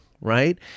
right